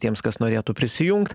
tiems kas norėtų prisijungt